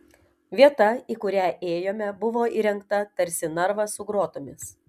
vieta į kurią ėjome buvo įrengta tarsi narvas su grotomis